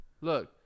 Look